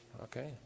Okay